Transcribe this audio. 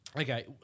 Okay